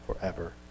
forever